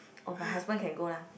or my husband can go lah